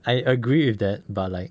I agree with that but like